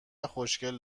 خوشکل